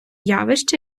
явища